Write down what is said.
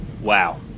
wow